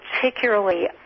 particularly